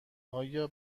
آیا